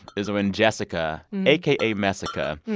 is when jessica aka mess-ica.